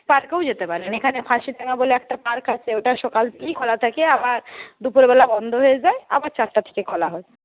পার্কেও যেতে পারেন এখানে ফাঁসিডাঙা বলে একটা পার্ক আছে ওটা সকাল থেকেই খোলা থাকে আবার দুপুরবেলায় বন্ধ হয়ে যায় আবার চারটে থেকে খোলা হয়